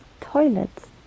toilets